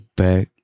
back